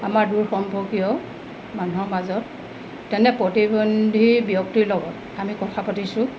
আমাৰ দূৰ সম্পৰ্কীয় মানুহৰ মাজত তেনে প্ৰতিবন্ধী ব্যক্তিৰ লগত আমি কথা পাতিছোঁ